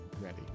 ready